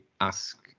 ask